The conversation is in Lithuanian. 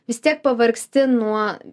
vis tiek pavargsti nuo